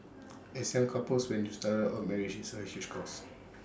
as young couples when you started out marriage is A huge cost